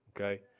Okay